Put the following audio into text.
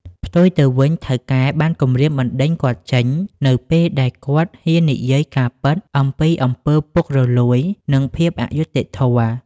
ផ្ទុយទៅវិញ ថៅកែបានគំរាមបណ្តេញគាត់ចេញ នៅពេលដែលគាត់ហ៊ាននិយាយការពិតអំពីអំពើពុករលួយ និងភាពអយុត្តិធម៌។